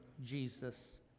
Jesus